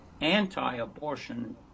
anti-abortion